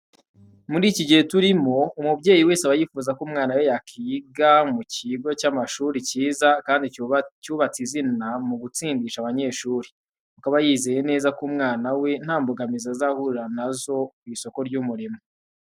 Muri kino gihe turimo, umubyeyi wese aba yifuza ko umwana we yakwiga mu kigo cy'amashuri cyiza kandi cyubatse izina mu gutsindisha abanyeshuri, kuko aba yizeye neza ko umwana we nta mbogamizi azahurira na zo ku isoko ry'umurimo.